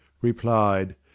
replied